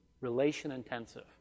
relation-intensive